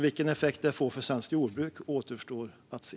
Vilken effekt de får för svenskt jordbruk återstår att se.